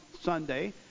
Sunday